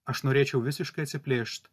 aš norėčiau visiškai atsiplėšt